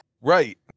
right